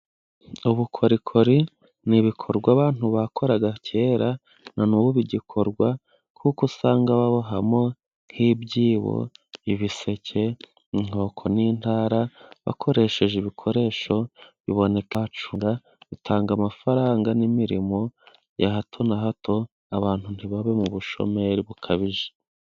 Ubukorikori n'ibikorwa abantu bakoraga kera, na nubu bigikorwa. Kuko usanga babohamo nk'ibyibo, ibiseke, inkoko, n'intara. Bakoresha ibikoresho biboneka, bitanga amafaranga n'imirimo ya hato na hato abantu ntibabe mu bushomeri bukabije.